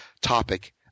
topic